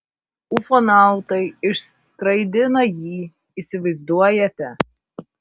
ufonautai išskraidina jį įsivaizduojate